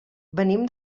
venim